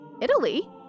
Italy